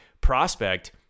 prospect